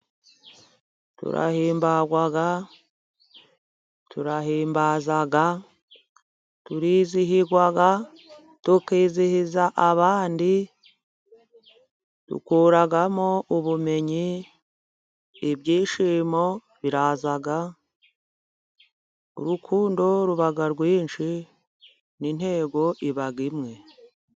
Turahimbarwa， turahimbaza， turizihirwa， tukizihiza abandi，dukuramo ubumenyi，ibyishimo biraza， urukundo ruba rwinshi，n’ intego iba imwe.